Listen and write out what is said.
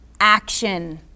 action